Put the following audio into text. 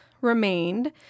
remained